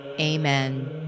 amen